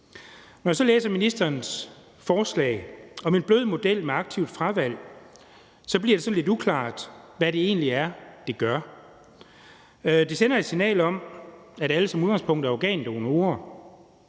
Når jeg så læser ministerens forslag om en blød model med aktivt fravalg, bliver det sådan lidt uklart, hvad det egentlig er, det betyder. Det sender et signal om, at alle som udgangspunkt er organdonorer, og